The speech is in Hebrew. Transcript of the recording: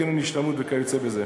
קרן השתלמות וכיוצא בזה.